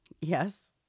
Yes